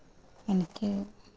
എനിക്ക്